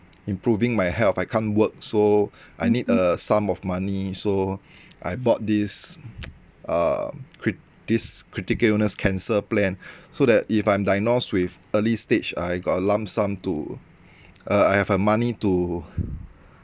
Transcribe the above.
improving my health I can't work so I need a sum of money so I bought this uh cri~ this critical illness cancer plan so that if I'm diagnosed with early stage I got a lump sum to uh I have a money to